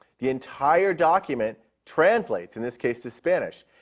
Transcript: the entire document translates, in this case to spanish.